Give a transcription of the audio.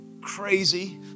crazy